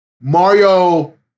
mario